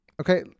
Okay